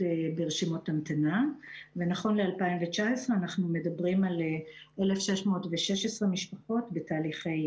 ברשימת המתנה ונכון ל-2019 אנחנו מדברים על 616 משפחות בתהליכי